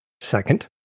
Second